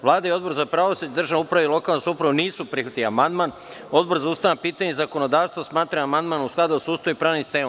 Vlada i Odbor za pravosuđe, državnu upravu i lokalnu samoupravu nisu prihvatili amandman, a Odbor za ustavna pitanja i zakonodavstvo smatra da je amandman u skladu sa Ustavom i pravnim sistemom.